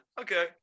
Okay